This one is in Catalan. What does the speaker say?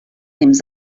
temps